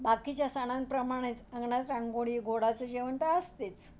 बाकीच्या सणांप्रमाणेच अंगणात रांगोळी गोडाचं जेवण तर असतेच